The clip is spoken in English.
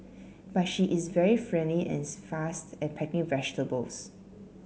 but she is very friendly and fast at packing vegetables